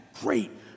great